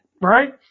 right